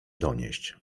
donieść